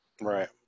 Right